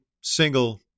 single